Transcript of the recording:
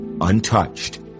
untouched